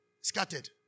Scattered